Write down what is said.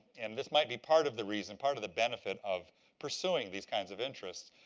and this might be part of the reason, part of the benefit, of pursuing these kinds of interests.